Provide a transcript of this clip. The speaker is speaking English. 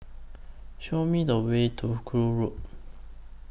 Show Me The Way to Gul Road